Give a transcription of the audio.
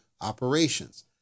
operations